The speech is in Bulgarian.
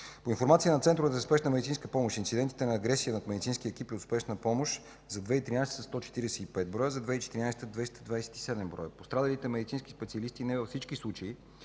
По информация на Центровете за спешна медицинска помощ инцидентите на агресия над медицински екипи от Спешна помощ за 2013 г. са 145 броя, за 2014 г. – 227 броя. Пострадалите медицински специалисти не във всички случаи